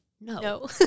no